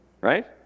right